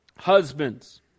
husbands